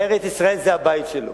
ארץ-ישראל היא הבית שלו.